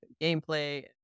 gameplay